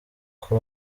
bwoko